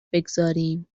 بگذاریم